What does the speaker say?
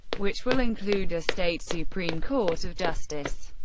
which will include a state supreme court of justice.